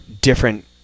different